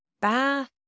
bath